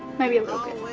maybe a little bit.